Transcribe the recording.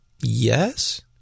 Yes